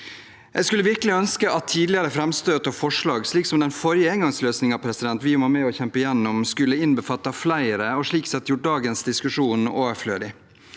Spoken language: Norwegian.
Jeg skulle virkelig ønske at tidligere framstøt og forslag, slik som den forrige engangsløsningen vi var med og kjempet gjennom, skulle innbefattet flere, og slik sett gjort dagens diskusjon overflødig.